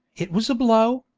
it was a blow,